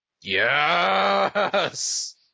Yes